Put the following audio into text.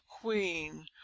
queen